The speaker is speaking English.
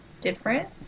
different